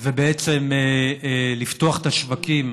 ובעצם לפתוח את השווקים